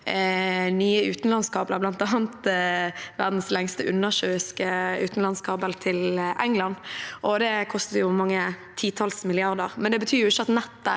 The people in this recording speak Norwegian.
nye utenlandskabler, bl.a. verdens lengste undersjøiske utenlandskabel til England. Det kostet mange titalls milliarder, men det betyr jo ikke at nettet